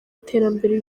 iterambere